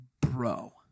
bro